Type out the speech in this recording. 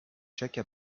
tchèque